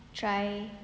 try